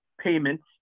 payments